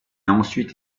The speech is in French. ensuite